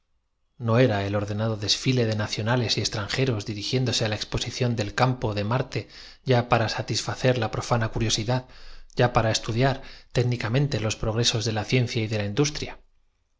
no era el ordenado desfile de nacionales y extranjeros dirigiéndose á la exposición del campo de marte ya para sa tisfacer la profana curiosidad ya para estudiar técniamanecer por camente los progresos de la ciencia y de la industria